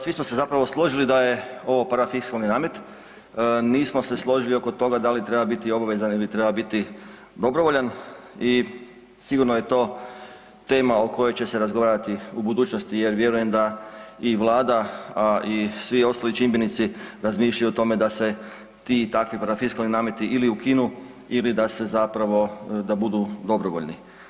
Svi smo se zapravo složili da je ovo parafiskalni namet, nismo se složili oko toga da li treba obavezan ili treba biti dobrovoljan i sigurno je to tema o kojoj će se razgovarati u budućnosti jer vjerujem da i vlada, a i svi ostali čimbenici razmišljaju o tome da se ti i takvi parafiskalni nameti ili ukinu ili da se zapravo da budu dobrovoljni.